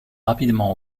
rapidement